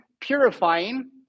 purifying